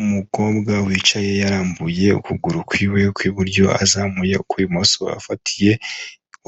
Umukobwa wicaye arambuye ukuguru kwiwe ku iburyo, azamuye uk'ibumoso, afatiye